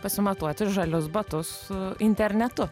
pasimatuoti žalius batus su internetu